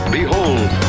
behold